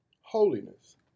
holiness